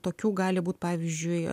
tokių gali būt pavyzdžiui